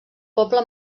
poble